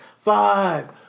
five